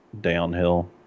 downhill